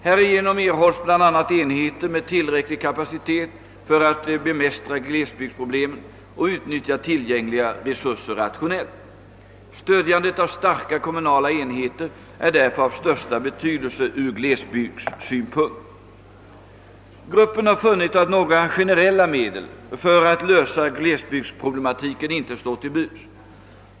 Härigenom erhålls bl.a. enheter med tillräcklig kapacitet för att bemästra glesbygdsproblemen och utnyttja tillgängliga resurser rationellt. Stödjandet av starka kommunala enheter är därför av största betydelse ur glesbygdssynpunkt. Gruppen har funnit att några generella medel för att lösa glesbygdsproblematiken inte står till buds.